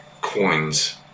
coins